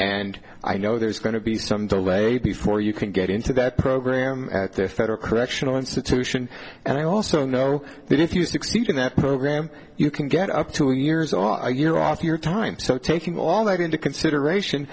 and i know there's going to be some delay before you can get into that program at the federal correctional institution and i also know that if you succeed in that program you can get up two years off you know off your time so taking all that into consideration